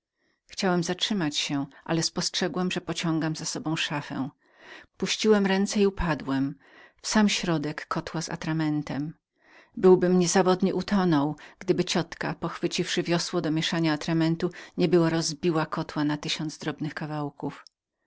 chciałem zatrzymać się ale spostrzegłem że pociągam za sobą całą szafę puściłem ręce i padłem w sam środek kotła z atramentem byłbym niezawodnie utonął gdyby moja ciotki pochwyciwszy wiosło do mieszania atramentu nie była rozbiła kotła na tysiąc drobnych kawałków